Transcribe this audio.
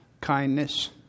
kindness